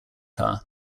car